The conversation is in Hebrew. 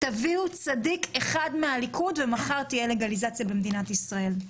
תביאו צדיק אחד מהליכוד ומחר הלגליזציה במדינת ישראל.